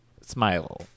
Smile